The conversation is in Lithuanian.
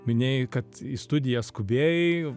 minėjai kad į studiją skubėjai